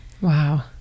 Wow